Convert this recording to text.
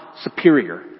superior